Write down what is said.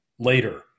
later